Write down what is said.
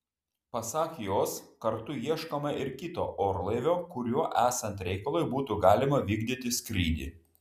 pasak jos kartu ieškoma ir kito orlaivio kuriuo esant reikalui būtų galima vykdyti skrydį